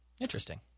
Interesting